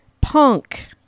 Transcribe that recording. punk